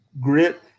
grit